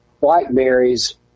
blackberries